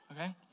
okay